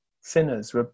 Sinners